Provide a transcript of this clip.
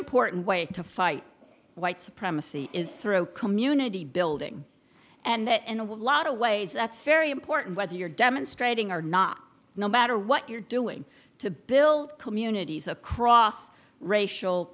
important way to fight white supremacy is through community building and with a lot of ways that's very important whether you're demonstrating are not no matter what you're doing to build communities across racial